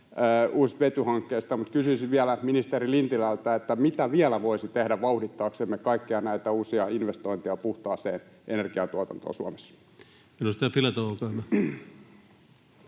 uusista vetyhankkeista, mutta kysyisin vielä ministeri Lintilältä: mitä vielä voitaisiin tehdä vauhdittaaksemme kaikkia näitä uusia investointeja puhtaaseen energiantuotantoon Suomessa?